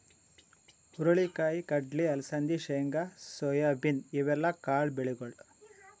ಹುರಳಿ ಕಾಯಿ, ಕಡ್ಲಿ, ಅಲಸಂದಿ, ಶೇಂಗಾ, ಸೋಯಾಬೀನ್ ಇವೆಲ್ಲ ಕಾಳ್ ಬೆಳಿಗೊಳ್